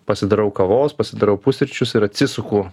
pasidarau kavos pasidarau pusryčius ir atsisuku